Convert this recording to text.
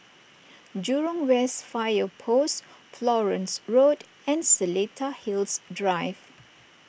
Jurong West Fire Post Florence Road and Seletar Hills Drive